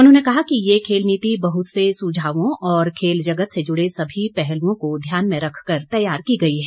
उन्होंने कहा कि यह खेल नीति बहुत से सुझावों और खेल जगत से जुड़े सभी पहलुओं को ध्यान में रखकर तैयार की गई है